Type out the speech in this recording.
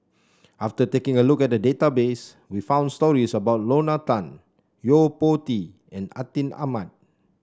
after taking a look at the database we found stories about Lorna Tan Yo Po Tee and Atin Amat